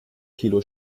kilo